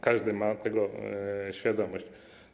Każdy ma tego świadomość.